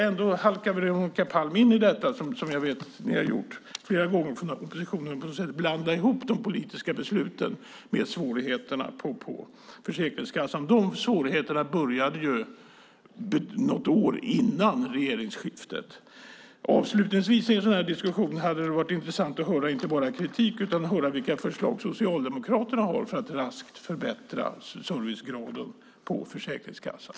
Ändå halkade Veronica Palm in i detta, som jag vet att oppositionen har gjort flera gånger, där man blandar ihop de politiska besluten med svårigheterna på Försäkringskassan. De svårigheterna började ju något år före regeringsskiftet. Avslutningsvis hade det varit intressant att i den här diskussionen höra inte bara kritik utan också vilka förslag Socialdemokraterna har för att raskt förbättra servicegraden på Försäkringskassan.